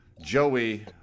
Joey